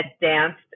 danced